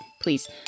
please